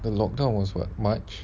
the locked out was what march